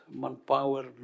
manpower